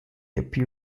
appear